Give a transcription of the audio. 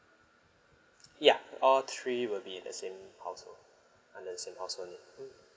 yeah all three with me in the same household under the same household mm